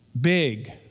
big